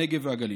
הנגב והגליל.